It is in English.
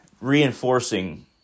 reinforcing